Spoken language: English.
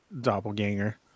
Doppelganger